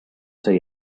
say